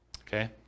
Okay